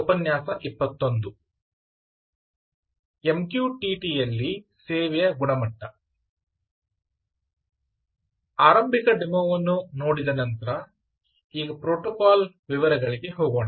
Prabhakar electronic systems engineering ವಿಭಾಗ Indian Institute of Science Bengaluru ಉಪನ್ಯಾಸ 21 MQTT ಯಲ್ಲಿ ಸೇವೆಯ ಗುಣಮಟ್ಟ ಆರಂಭಿಕ ಡೆಮೊ ವನ್ನು ನೋಡಿದ ನಂತರ ಈ ಪ್ರೋಟೋಕಾಲ್ ವಿವರಗಳಿಗೆ ಹೋಗೋಣ